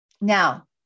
Now